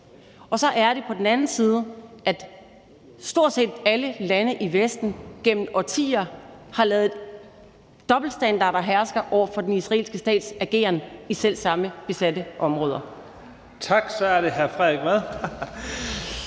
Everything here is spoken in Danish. Og så er det på den anden side sådan, at stort set alle lande i Vesten gennem årtier har ladet dobbeltstandarder herske over for den israelske stats ageren i selv samme besatte områder.